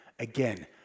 Again